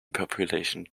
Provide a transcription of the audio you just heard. population